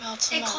我要吃 lah